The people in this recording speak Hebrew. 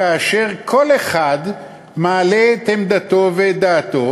כאשר כל אחד מעלה את עמדתו ואת דעתו